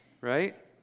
right